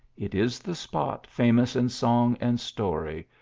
it is the spot famous in song and story,